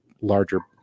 larger